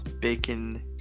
bacon